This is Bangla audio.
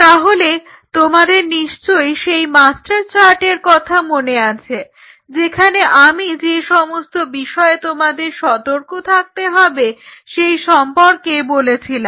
তাহলে তোমাদের নিশ্চয়ই সেই মাস্টার চার্টের কথা মনে আছে যেখানে আমি যে সমস্ত বিষয়ে তোমাদের সতর্ক থাকতে হবে সেই সম্পর্কে বলেছিলাম